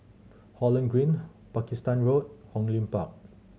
Holland Green Pakistan Road Hong Lim Park